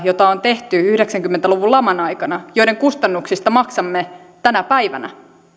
joita on tehty yhdeksänkymmentä luvun laman aikana joiden kustannuksista maksamme tänä päivänä